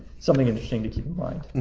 something interesting to keep in mind.